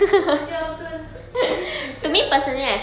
ya macam betul seriously sia